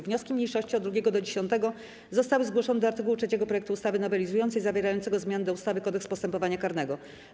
Wnioski mniejszości od 2. do 10. zostały zgłoszone do art. 3 projektu ustawy nowelizującej, zawierającego zmiany do ustawy - Kodeks postępowania karnego.